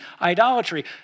idolatry